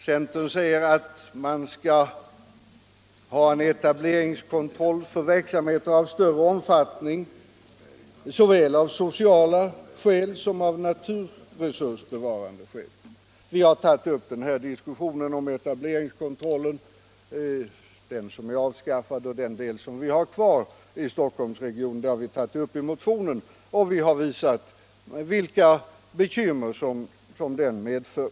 Centern säger att det skall finnas en etableringskontroll för verksamheter av större omfattning och detta såväl av sociala skäl som av naturresursbevarande skäl. Den etableringskontroll som är avskaffad och den del som vi har kvar i Stockholmsregionen har vi tagit upp i vår motion och visat vilka bekymmer som den medför.